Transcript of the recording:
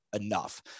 enough